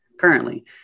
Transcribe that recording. currently